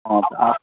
हँ